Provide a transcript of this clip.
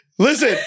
Listen